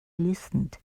listened